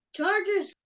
Chargers